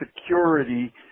Security